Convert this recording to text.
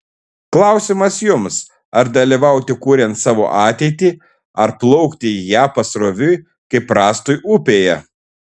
klausimas jums ar dalyvauti kuriant savo ateitį ar plaukti į ją pasroviui kaip rąstui upėje